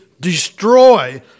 destroy